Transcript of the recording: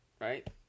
right